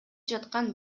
жаткан